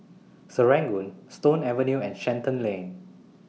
Serangoon Stone Avenue and Shenton Lane